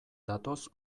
datoz